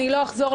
ולא אחזור,